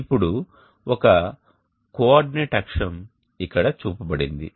ఇప్పుడు ఒక కోఆర్డినేట్ అక్షం ఇక్కడ చూపబడింది